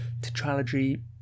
Tetralogy